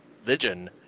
religion